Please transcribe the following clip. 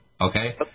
Okay